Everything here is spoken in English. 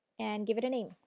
and give it a name.